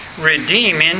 redeeming